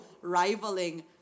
rivaling